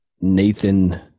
Nathan